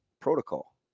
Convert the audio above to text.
protocol